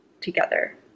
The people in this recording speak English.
together